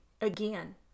again